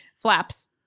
flaps